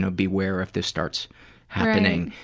ah beware if this starts happening.